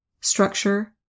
structure